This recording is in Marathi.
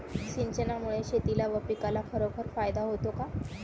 सिंचनामुळे शेतीला व पिकाला खरोखर फायदा होतो का?